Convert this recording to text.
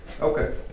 Okay